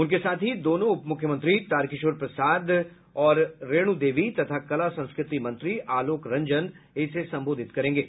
उनके साथ ही दोनों उपमुख्यमंत्री तारकिशोर प्रसाद व रेणु देवी तथा कला संस्कृति मंत्री आलोक रंजन इसे संबोधित करेंगे